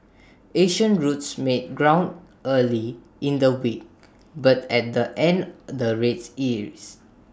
Asian routes made ground early in the week but at the end the rates eased